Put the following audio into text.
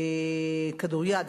כדוריד,